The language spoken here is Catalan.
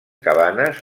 cabanes